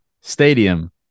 Stadium